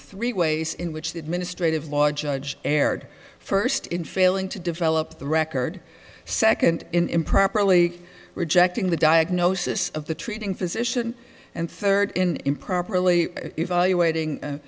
three ways in which the administrative law judge erred first in failing to develop the record second improperly rejecting the diagnosis of the treating physician and third in improperly evaluating